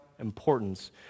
importance